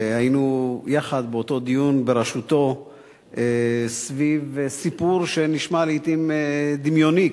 היינו יחד באותו דיון בראשותו סביב סיפור שנשמע לעתים דמיוני.